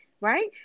Right